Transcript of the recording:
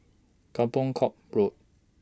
Kampong Kapor Road